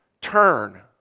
Turn